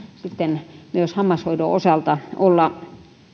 sitten myös hammashoidon osalta olla